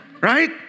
Right